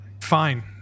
Fine